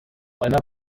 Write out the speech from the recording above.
einer